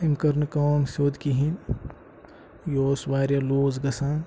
أمۍ کٔر نہٕ کٲم سیٚود کِہیٖنۍ یہِ اوٗس واریاہ لوٗز گژھان